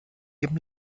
eben